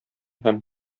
һәм